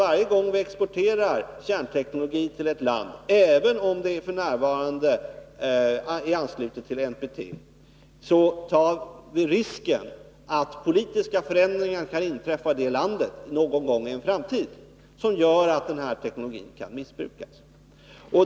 Varje gång vi exporterar kärnteknologi till ett land, även om det då är anslutet till NPT, tar vi risken att det i det landet någon gång i en framtid kan inträffa politiska förändringar som gör att teknologin kan missbrukas.